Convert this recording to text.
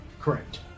Correct